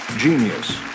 genius